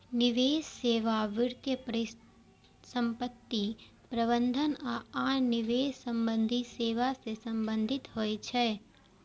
निवेश सेवा वित्तीय परिसंपत्ति प्रबंधन आ आन निवेश संबंधी सेवा सं संबंधित होइ छै